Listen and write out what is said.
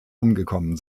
umgekommen